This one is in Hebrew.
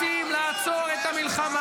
אתם רוצים לעצור את המלחמה,